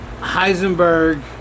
Heisenberg